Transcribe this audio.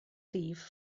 rhif